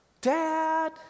Dad